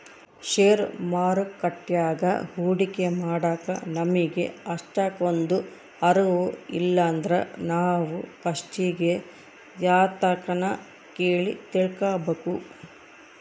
ಷೇರು ಮಾರುಕಟ್ಯಾಗ ಹೂಡಿಕೆ ಮಾಡಾಕ ನಮಿಗೆ ಅಷ್ಟಕೊಂದು ಅರುವು ಇಲ್ಲಿದ್ರ ನಾವು ಪಸ್ಟಿಗೆ ಯಾರ್ತಕನ ಕೇಳಿ ತಿಳ್ಕಬಕು